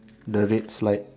the red slide